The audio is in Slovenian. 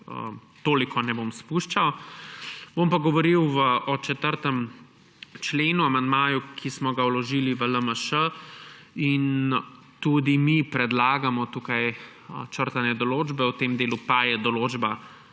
toliko ne bom spuščal. Bom pa govoril o 4. členu, o amandmaju, ki smo ga vložili v LMŠ in tudi mi predlagamo tukaj črtanje določbe, v tem delu pa je določba